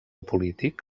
polític